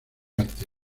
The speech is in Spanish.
arte